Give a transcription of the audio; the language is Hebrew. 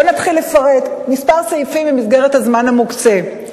בוא נתחיל לפרט כמה סעיפים, במסגרת הזמן המוקצב.